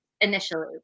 initially